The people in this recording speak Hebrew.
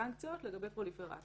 ימצא תירוץ